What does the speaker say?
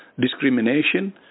discrimination